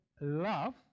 love